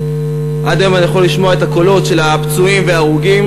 עד היום אני יכול לשמוע את הקולות של הפצועים וההרוגים.